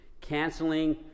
Canceling